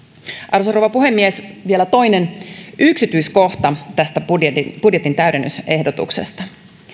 arvoisa rouva puhemies vielä toinen yksityiskohta tästä budjetin budjetin täydennysehdotuksesta